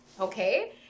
Okay